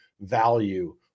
value